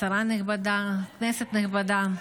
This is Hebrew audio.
שרה נכבדה, כנסת נכבדה,